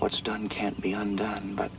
what's done can't be undone but